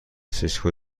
سیسکو